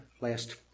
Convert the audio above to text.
last